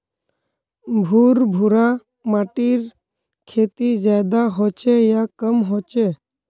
भुर भुरा माटिर खेती ज्यादा होचे या कम होचए?